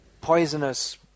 poisonous